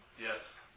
Yes